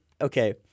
okay